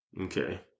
Okay